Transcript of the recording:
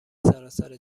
سراسر